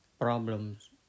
problems